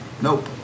Nope